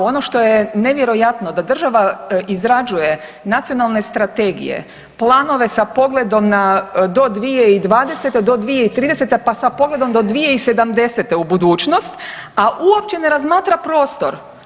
Ono što je nevjerojatno da država izrađuje nacionalne strategije, planove sa pogledom do 2020. do 2030. pa sa pogledom do 2070. u budućnost, a uopće ne razmatra prostor.